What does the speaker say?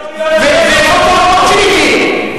אדוני היושב-ראש,